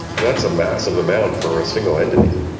that's a massive amount for a single entity.